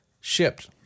shipped